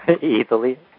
Easily